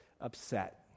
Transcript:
upset